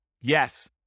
Yes